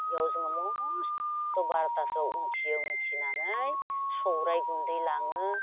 बेयाव जोङो मस्थ' बार'थासोआव उन्थियो उन्थिनानै सौराइ गुन्दै लाङो